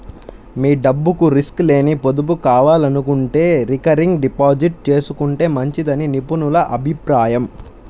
మీ డబ్బుకు రిస్క్ లేని పొదుపు కావాలనుకుంటే రికరింగ్ డిపాజిట్ చేసుకుంటే మంచిదని నిపుణుల అభిప్రాయం